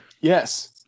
Yes